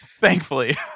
thankfully